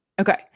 Okay